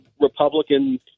Republican